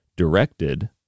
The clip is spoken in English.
Directed